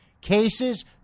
Cases